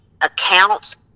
accounts